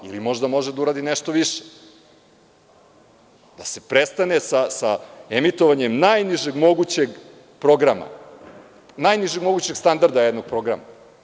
Ili možda može da uradi nešto više da se prestane sa emitovanjem najnižeg mogućeg programa, najnižeg mogućeg standarda jednog programa?